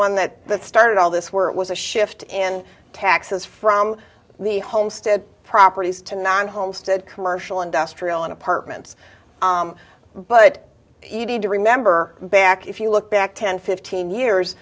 one that started all this where it was a shift in taxes from the homestead properties to non homestead commercial industrial and apartments but easy to remember back if you look back ten fifteen